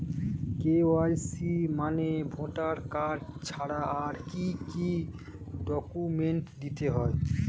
KYC মানে voter card ছাড়া আর কি কি ডকুমেন্ট দিতে হবে?